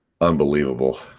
unbelievable